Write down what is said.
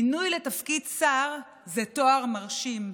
מינוי לתפקיד שר זה תואר מרשים,